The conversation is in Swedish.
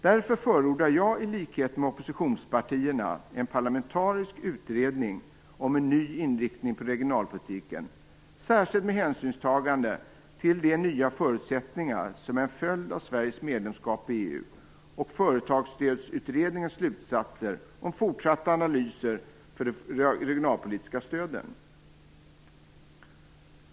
Därför förordar jag, i likhet med oppositionspartierna, en parlamentarisk utredning om ny inriktning på regionalpolitiken, särskilt med hänsynstagande till de nya förutsättningar som är en följd av Sveriges medlemskap i EU och Företagsstödsutredningens slutsatser om fortsatta analyser för de regionalpolitiska stöden.